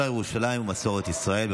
השר לירושלים ומסורת ישראל.